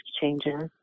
changes